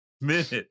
minute